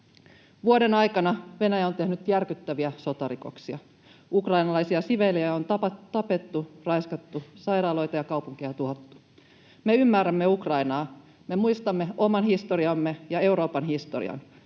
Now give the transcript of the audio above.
Vuoden aikana Venäjä on tehnyt järkyttäviä sotarikoksia. Ukrainalaisia siviilejä on tapettu ja raiskattu, sairaaloita ja kaupunkeja on tuhottu. Me ymmärrämme Ukrainaa. Me muistamme oman historiamme ja Euroopan historian